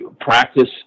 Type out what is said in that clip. practice